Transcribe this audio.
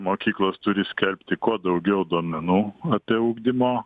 mokyklos turi skelbti kuo daugiau duomenų apie ugdymo